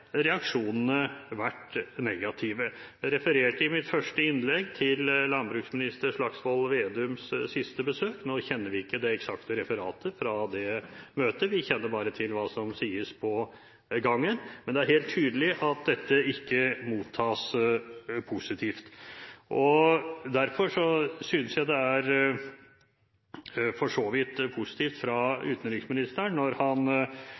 reaksjonene vært negative. Jeg refererte i mitt første innlegg til landbruksminister Slagsvold Vedums siste besøk. Nå kjenner vi ikke det eksakte referatet fra det møtet, vi kjenner bare til hva som sies på gangen, men det er helt tydelig at dette ikke mottas positivt. Derfor synes jeg det for så vidt er positivt fra utenriksministeren at han